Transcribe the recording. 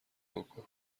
بکن